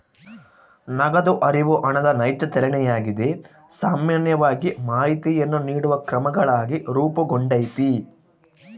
ನಗದು ಹರಿವು ಹಣದ ನೈಜ ಚಲನೆಯಾಗಿದೆ ಸಾಮಾನ್ಯವಾಗಿ ಮಾಹಿತಿಯನ್ನು ನೀಡುವ ಕ್ರಮಗಳಾಗಿ ರೂಪುಗೊಂಡೈತಿ